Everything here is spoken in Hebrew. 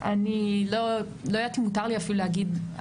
אני לא יודעת אם מותר לי אפילו להגיד.